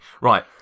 Right